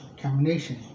combination